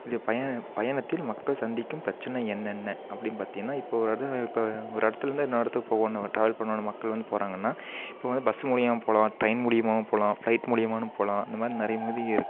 இது பயணம் பயணத்தில் மக்கள் சந்திக்கும் பிரச்சனை என்னென்ன அப்படின்னு பார்த்தீங்கன்னா இப்போது ஒரு எடம் இப்போ ஒரு இடத்துலேருந்து இன்னொரு இடத்துக்கு போகணும் ட்ராவல் பண்ணணும் மக்கள் வந்து போகிறாங்கன்னா இப்போது வந்து பஸ் மூலிமா போகலாம் ட்ரெயின் மூலிமாவும் போகலாம் ஃப்ளைட் மூலிமானு போகலாம் இந்த மாதிரி நிறைய இருக்குது